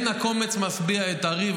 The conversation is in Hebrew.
תילחם --- אין הקומץ משביע את הארי,